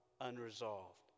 unresolved